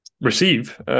receive